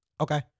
okay